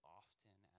often